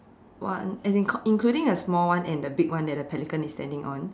one as in including the small one and the big one that the pelican is standing on